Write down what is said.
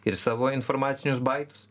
ir savo informacinius baitus